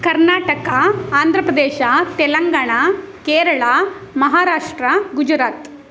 Karnataka Andhra Pradesh Telangana Kerala Maharashtra Gujarat